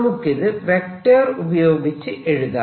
നമുക്കിത് വെക്റ്റർ ഉപയോഗിച്ച് എഴുതാം